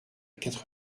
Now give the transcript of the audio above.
quatre